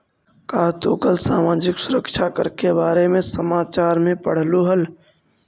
का तू कल सामाजिक सुरक्षा कर के बारे में समाचार में पढ़लू हल